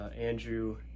Andrew